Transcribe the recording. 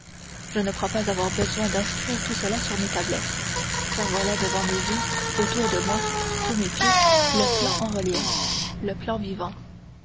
je ne crois pas avoir besoin d'inscrire tout cela sur mes tablettes car voilà devant mes yeux autour de moi sous mes pieds le plan en relief le plan vivant